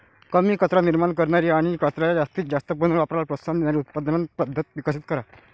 कमी कचरा निर्माण करणारी आणि कचऱ्याच्या जास्तीत जास्त पुनर्वापराला प्रोत्साहन देणारी उत्पादन पद्धत विकसित करा